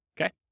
okay